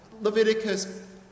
Leviticus